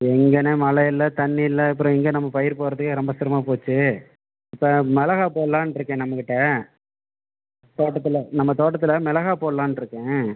எங்கண்ணா மழையில்ல தண்ணியில்லை அப்புறம் எங்கே நம்ம பயிர் போடுறதுக்கே ரொம்ப சிரமமாக போச்சே இப்போ மிளகா போடலான்ட்டு இருக்கேன் நம்மகிட்டே தோட்டத்தில் நம்ம தோட்டத்தில் மிளகா போடலான்னு இருக்கேன்